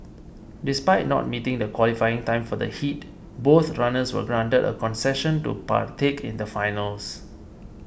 despite not meeting the qualifying time for the heat both runners were granted a concession to partake in the finals